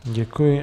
Děkuji.